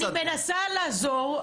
אני מנסה לעזור,